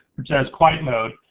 which has quiet mode,